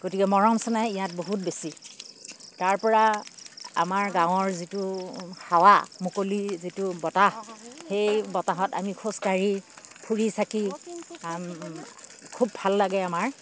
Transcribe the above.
গতিকে মৰম চেনেহ ইয়াত বহুত বেছি তাৰ পৰা আমাৰ গাঁৱৰ যিটো হাৱা মুকলি যিটো বতাহ সেই বতাহত আমি খোজকাঢ়ি ফুৰি চাকি খুব ভাল লাগে আমাৰ